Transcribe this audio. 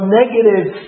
negative